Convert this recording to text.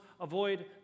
avoid